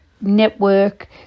Network